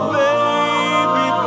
baby